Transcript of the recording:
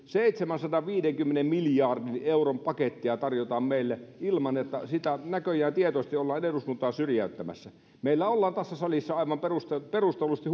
seitsemänsadanviidenkymmenen miljardin euron pakettia tarjotaan meille ilman että näköjään tietoisesti ollaan eduskuntaa syrjäyttämässä meillä ollaan tässä salissa aivan perustellusti